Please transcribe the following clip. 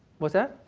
what's that?